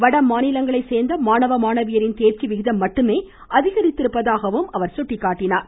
வட மாநிலங்களை சேர்ந்த மாணவ மாணவியரின் தேர்ச்சி விகிதம் மட்டுமே அதிகரித்திருப்பதாகவும் அவர் சுட்டிக்காட்டினார்